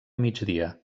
migdia